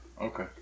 Okay